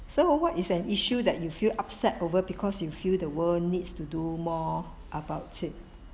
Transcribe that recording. so what is an issue that you feel upset over because you feel the world needs to do more about it